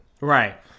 right